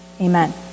Amen